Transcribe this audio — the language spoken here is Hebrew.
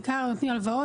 בעיקר נותנים הלוואות,